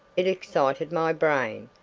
it excited my brain,